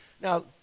now